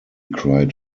cried